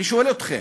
אני שואל אתכם: